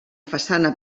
façana